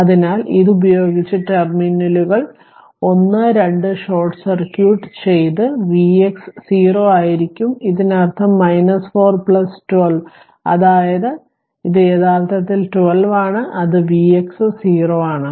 അതിനാൽ ഇതുപയോഗിച്ച് ടെർമിനലുകൾ 1 2 ഷോർട്ട് സർക്യൂട്ട് ചെയ്ത Vx 0 ആയിരിക്കും ഇതിനർത്ഥം 4 12 Ω അതായത് 4 12 Ω ഇത് യഥാർത്ഥത്തിൽ 12 ആണ് അത് Vx 0 ആണ്